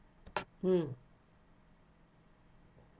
mm